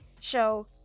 show